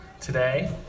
today